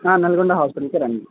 నల్గొండ హాస్పిటల్కే రండి